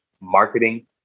marketing